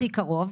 הכי קרוב,